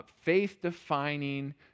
faith-defining